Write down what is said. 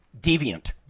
deviant